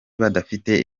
badafite